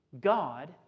God